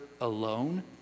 alone